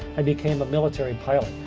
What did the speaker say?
and became a military pilot.